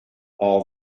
all